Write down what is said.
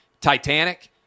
Titanic